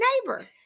neighbor